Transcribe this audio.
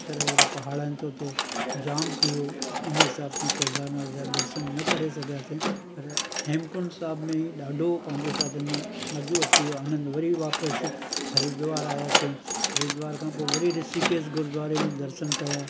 पथर वग़ैरह पहाड़ आहिनि त उते जाम थी वियो हिन हिसाब सां केदारनाथ जा दर्शनु न करे सघियासीं पर हेमकुंड साहिब में ई ॾाढो पंहिंजो छा चवंदा आहिनि मज़ो अची वियो आनंद वरी वापसि हरिद्वार आयासीं हरिद्वार खां पोइ वरी ॠषिकेश गुरुद्वारे में दर्शन कया